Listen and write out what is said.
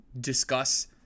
discuss